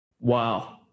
Wow